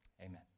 amen